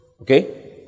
Okay